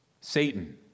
Satan